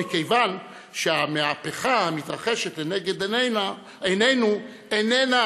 מכיוון שהמהפכה המתרחשת לנגד עינינו איננה